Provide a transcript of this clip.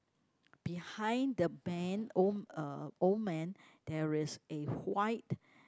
behind the man old uh old man there is a white